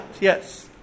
yes